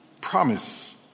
promise